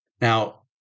Now